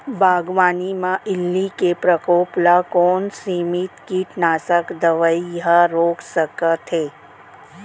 बागवानी म इल्ली के प्रकोप ल कोन सीमित कीटनाशक दवई ह रोक सकथे?